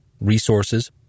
resources